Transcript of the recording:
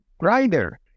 rider